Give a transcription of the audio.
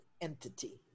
entity